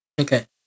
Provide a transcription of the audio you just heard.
Okay